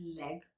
leg